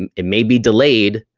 um it may be delayed,